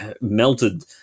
melted